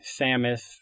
Samus